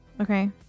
Okay